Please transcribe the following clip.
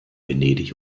venedig